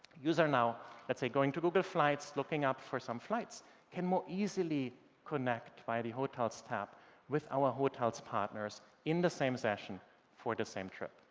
user now let's say going to google flights looking up for some flights can more easily connect by the hotels tab with our hotels partners in the same session for the same trip.